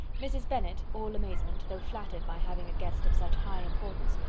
mrs. bennet, all amazement, though flattered by having a guest of such high importance,